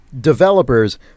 developers